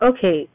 Okay